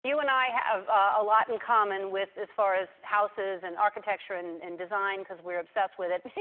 you and i have a lot in common with as far as houses and architecture and and design because we're obsessed with it.